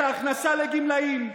את ההכנסה לגמלאים,